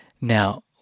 Now